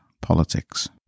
politics